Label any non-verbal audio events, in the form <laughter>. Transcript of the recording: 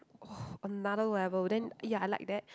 <noise> another level then ya I like that